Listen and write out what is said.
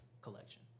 collection